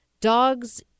Dogs